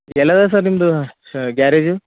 ಎಲದ sir ನಿಮ್ಮದು ಸ garage